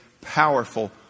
Powerful